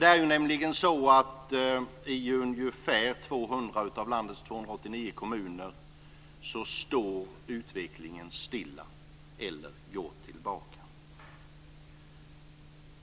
Det är nämligen så att i ungefär 200 av landets 289 kommuner står utvecklingen stilla eller går tillbaka.